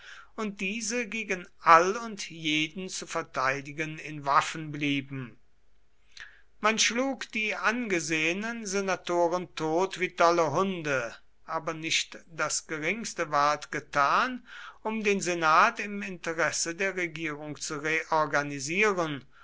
und diese gegen all und jeden zu verteidigen in waffen blieben man schlug die angesehenen senatoren tot wie tolle hunde aber nicht das geringste ward getan um den senat im interesse der regierung zu reorganisieren